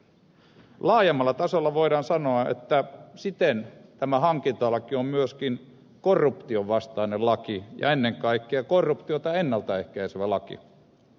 laajemmalla tasolla voidaan sanoa että siten tämä hankintalaki on siis myöskin korruption vastainen laki ja ennen kaikkea korruptiota ennalta ehkäisevä laki